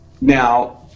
now